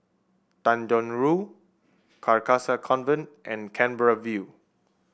Tanjong Rhu Carcasa Convent and Canberra View